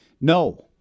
No